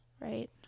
Right